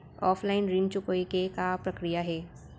Offline ऋण चुकोय के का प्रक्रिया हे?